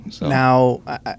Now